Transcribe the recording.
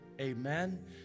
Amen